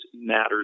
matters